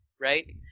right